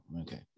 okay